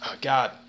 God